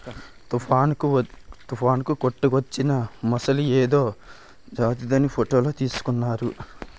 తుఫానుకు కొట్టుకువచ్చిన మొసలి ఏదో జాతిదని ఫోటోలు తీసుకుంటున్నారు